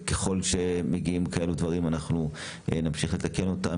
ככל שמגיעים כאלו דברים אנחנו נמשיך לתקן אותם.